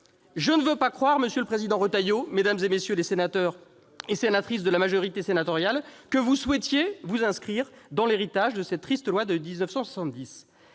Je ne veux pas croire, monsieur le président Retailleau, mesdames les sénatrices, messieurs les sénateurs de la majorité sénatoriale, que vous souhaitiez vous inscrire dans l'héritage de cette triste loi de 1970.